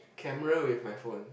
camera with my phone